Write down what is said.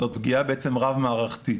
זו פגיעה רב מערכתית.